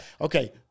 Okay